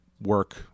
work